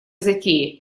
затеи